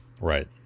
Right